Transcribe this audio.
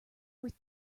worth